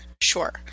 Sure